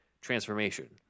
Transformation